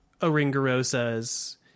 Oringarosa's